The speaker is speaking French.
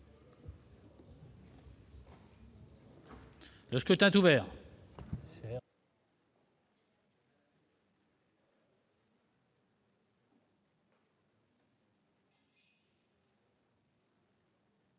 Le scrutin est ouvert.